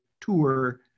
tour